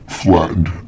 flattened